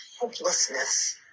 hopelessness